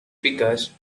because